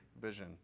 vision